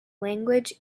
language